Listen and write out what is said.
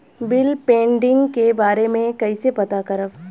Bill pending के बारे में कईसे पता करब?